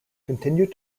continued